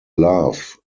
love